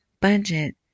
budget